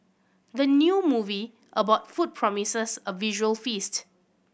the new movie about food promises a visual feast